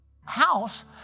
house